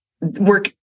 work